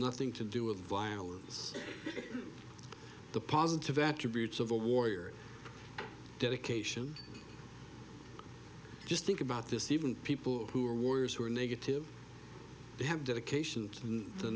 nothing to do with violence the positive attributes of a warrior dedication just think about this even people who are warriors who are negative they have dedication to the